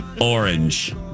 orange